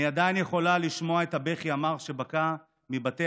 אני עדיין יכולה לשמוע את הבכי המר שבקע מבתי